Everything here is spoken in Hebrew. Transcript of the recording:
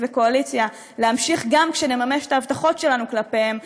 והקואליציה להימשך גם כשנממש את ההבטחות שלנו כלפיהם,